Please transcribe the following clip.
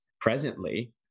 presently